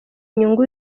inyungu